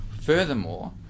Furthermore